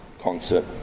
Concert